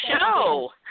show